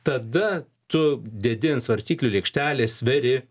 tada tu dedi ant svarstyklių lėkštelės sveri